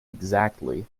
exactly